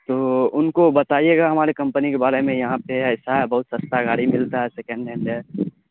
تو ان کو بتائیے گا ہماری کمپنی کے بارے میں یہاں پہ ایسا ہے بہت سستا گاڑی ملتا ہے سکنڈ ہینڈ ہے